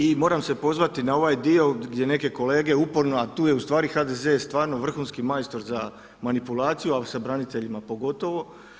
I moram se pozvati na ovaj dio gdje neke kolege uporno, a tu je ustvari HDZ je stvarno vrhunski majstor za manipulaciju a s braniteljima pogotovo.